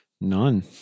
None